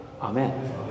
Amen